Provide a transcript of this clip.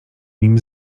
nim